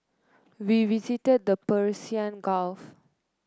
we visited the Persian Gulf